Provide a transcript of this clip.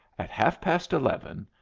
at half-past eleven,